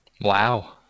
Wow